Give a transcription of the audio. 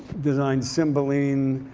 designed cymbeline.